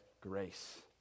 grace